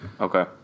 Okay